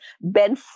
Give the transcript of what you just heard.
Ben